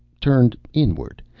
turned inward,